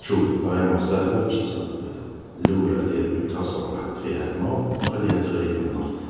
شوف هي فريمون ساهلة باش تسلق بيضة اللولة دير كاسرول حط فيها الماء